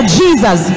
jesus